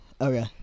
Okay